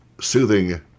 soothing